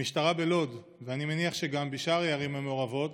המשטרה בלוד, ואני מניח שגם בשאר הערים המעורבות,